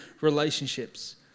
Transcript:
relationships